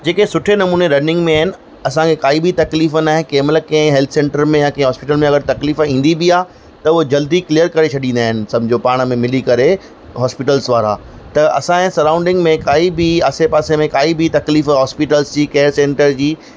जेके सुठे नमूने रनिंग में आहिनि असां खे काई बि तकलीफ़ नाहे कंहिं महिल कंहिं हेल्थ सेंटर में हॉस्पिटल में अगर तकलीफ़ इंदी बी आ त उहे जल्दी क्लियर करे छॾींदा आहिनि समझो पाण में मिली करे हॉस्पिटल्स वारा त असां जे सराउंडिग में काई बि आसे पासे में काई बी तकलीफु हॉस्पिटल जी केयर सेंटर जी